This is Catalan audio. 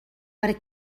per